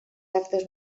actes